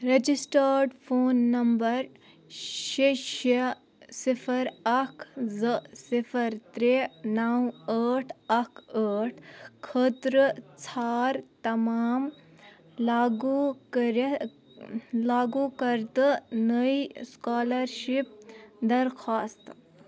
registered phone number شےٚ شےٚ صِفر اکھ زٕ صِفر ترٛےٚ نَو ٲٹھ اکھ ٲٹھ خٲطرٕ ژھار تمام لاگوٗ کٔرِ لاگوٗ کردٕ نٔے سُکالرشِپ درخواستہٕ